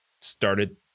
started